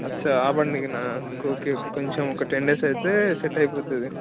అచ్చా ఆ బండికేనా ఓకే ఓకే కొంచెం ఒక టెన్ డేస్ అయితే సెట్ అయిపోతుంది